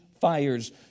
fires